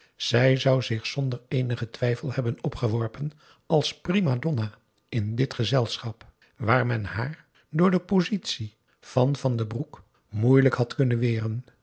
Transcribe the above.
zij zou zich zonder eenigen twijfel hebben opgeworpen als prima donna in dit gezelschap waar men haar door de positie van van den broek moeilijk had kunnen weren